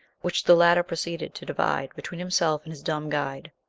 which the latter proceeded to divide between himself and his dumb guide.